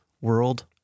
world